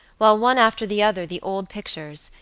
while one after the other the old pictures,